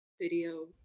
video